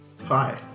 Hi